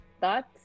Thoughts